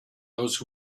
those